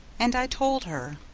and i told her.